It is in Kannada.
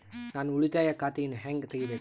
ನಾನು ಉಳಿತಾಯ ಖಾತೆಯನ್ನು ಹೆಂಗ್ ತಗಿಬೇಕು?